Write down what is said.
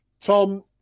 Tom